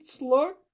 look